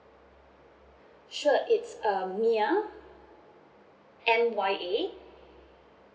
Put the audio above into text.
sure it's um mya M Y A